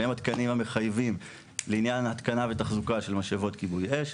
שהם התקנים המחייבים לעניין התקנה ותחזוקה של משאבות כיבוי אש.